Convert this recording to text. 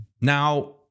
Now